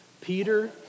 Peter